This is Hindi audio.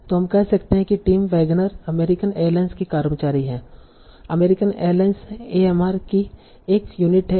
तो हम कह सकते हैं टिम वैगनर अमेरिकन एयरलाइंस के कर्मचारी हैं अमेरिकन एयरलाइंस एएमआर की एक यूनिट है